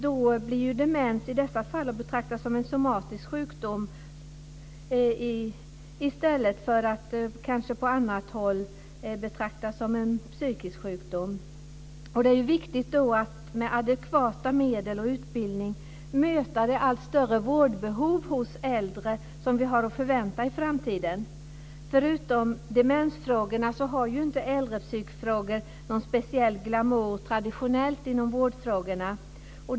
Då blir demens i dessa fall betraktad som en somatisk sjukdom i stället för att på annat håll betraktas som en psykisk sjukdom. Det är viktigt att med adekvata medel och utbildning möta det allt större vårdbehov hos äldre som vi har att förvänta i framtiden. Förutom demensfrågor har inte äldrepsykfrågor någon speciell glamour traditionellt inom vården.